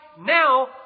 Now